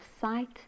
sight